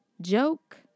joke